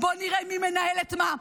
בואי נראה מי מנהל את מה.